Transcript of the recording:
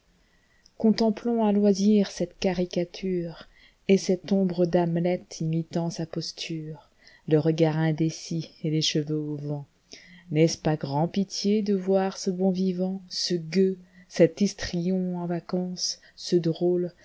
contemplons à loisir cette caricatureet celte ombre d'hamlet imitant sa posture le regard indécis et les cheveux au vent n'est-ce pas grand pitié de voir ce bon vivant ce gueux cet histrion en vacances ce drôle